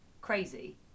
crazy